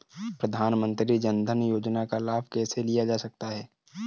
प्रधानमंत्री जनधन योजना का लाभ कैसे लिया जा सकता है?